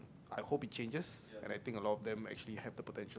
I hope it changes and I think a lot of them actually have the potential